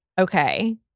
Okay